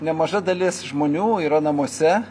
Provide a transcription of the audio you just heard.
nemaža dalis žmonių yra namuose